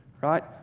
right